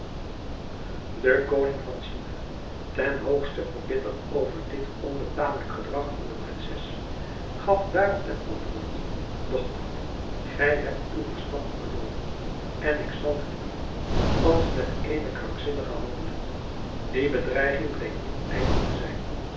de koning van china ten hoogste verbitterd over dit onbetamelijk gedrag van de prinses gaf daarop ten antwoord dochter gij hebt uw verstand verloren en ik zal met u als met eene krankzinnige handelen die bedreiging bleek niet ijdel te zijn